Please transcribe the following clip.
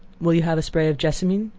will you have a spray of jessamine?